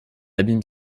abîme